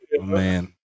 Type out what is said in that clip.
Man